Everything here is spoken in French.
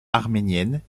arménienne